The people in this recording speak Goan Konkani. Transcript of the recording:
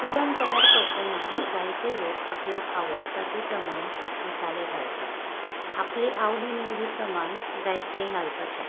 पुरण तयार करतना जायते लोक आपल्याक आवडटा ते प्रमाण मसाले घालतात आपले आवडी निवडी प्रमाण जायतें घालपाचें